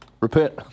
Repent